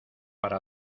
para